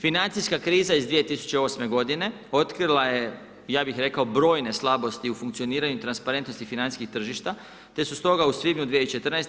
Financijska kriza iz 2008. godine otkrila je ja bih rekao brojne slabosti u funkcioniraju transparentnosti financijskih tržišta te su stoga u svibnju 2014.